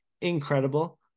Incredible